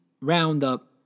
roundup